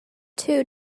two